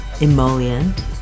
Emollient